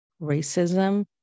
racism